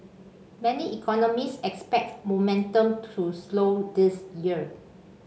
many economists expect momentum to slow this year